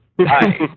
Hi